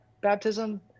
baptism